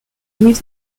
mid